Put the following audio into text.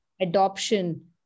adoption